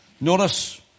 Notice